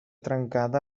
trencada